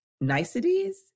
Niceties